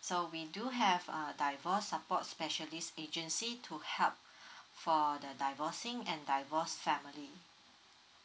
so we do have uh divorce support specialist agency to help for the divorcing and divorce family